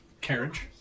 carriage